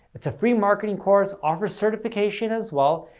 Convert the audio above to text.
it's a free marketing course, offers certification as well,